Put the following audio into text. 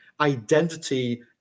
identity